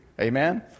Amen